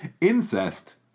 Incest